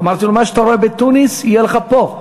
אמרתי לו: מה שאתה רואה בתוניס יהיה לך פה.